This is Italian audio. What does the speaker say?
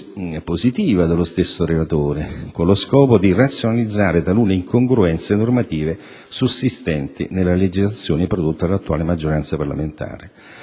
positiva dello stesso relatore, con lo scopo di razionalizzare talune incongruenze normative sussistenti nella legislazione prodotta dall'attuale maggioranza parlamentare.